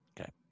Okay